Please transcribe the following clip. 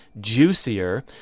juicier